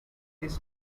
this